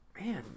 man